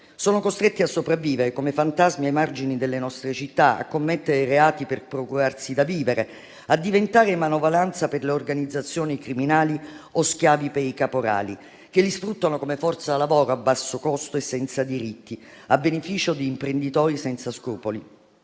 Sono costretti a sopravvivere come fantasmi ai margini delle nostre città, a commettere reati per procurarsi da vivere, a diventare manovalanza per le organizzazioni criminali o schiavi per i caporali, che li sfruttano come forza lavoro a basso costo e senza diritti, a beneficio di imprenditori senza scrupoli.